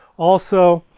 also,